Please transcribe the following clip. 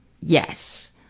Yes